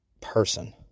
person